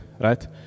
right